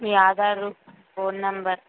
me Aadhaar phone number